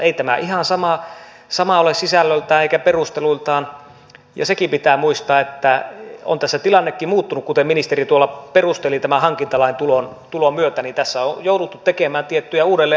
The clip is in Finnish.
ei tämä ihan sama ole sisällöltään eikä perusteluiltaan ja sekin pitää muistaa että on tässä tilannekin muuttunut kuten ministeri tuolla perusteli tämän hankintalain tulon myötä niin että tässä on jouduttu tekemään tiettyjä uudelleenarviointejakin